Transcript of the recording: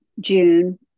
June